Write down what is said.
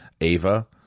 Ava